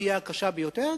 תהיה הקשה ביותר,